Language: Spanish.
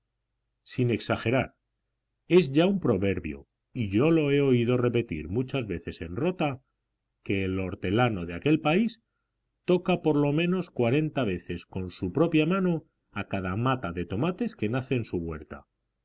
sin exagerar es ya un proverbio y yo lo he oído repetir muchas veces en rota que el hortelano de aquel país toca por lo menos cuarenta veces con su propia mano a cada mata de tomates que nace en su huerta